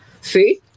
See